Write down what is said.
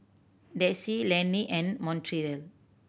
Dayse Lenny and Montrell